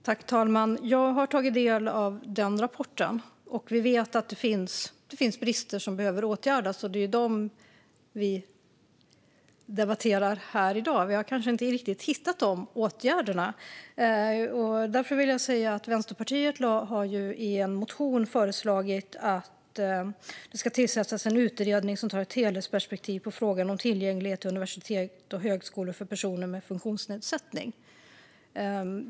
Fru talman! Jag har tagit del av den rapporten. Vi vet att det finns brister som behöver åtgärdas. Det är dem vi debatterar här i dag. Vi har kanske inte riktigt hittat de åtgärderna. Därför vill jag säga att Vänsterpartiet i en motion har föreslagit att det ska tillsättas en utredning som har ett helhetsperspektiv på frågan om tillgänglighet till universitet och högskolor för personer med funktionsnedsättning.